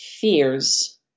fears